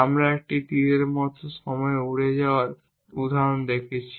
আমরা একটি তীরের মতো সময় উড়ে যাওয়ার উদাহরণ দেখেছি